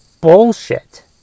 bullshit